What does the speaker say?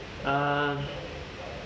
uh